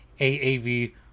AAV